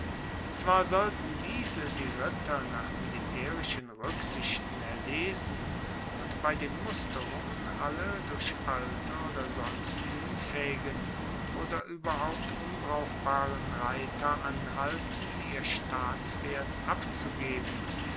zwar sollten diese die ritter nach militaerischen ruecksichten erlesen und bei den musterungen alle durch alter oder sonst unfaehigen oder ueberhaupt unbrauchbaren reiter anhalten ihr staatspferd abzugeben